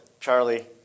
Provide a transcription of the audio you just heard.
Charlie